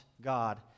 God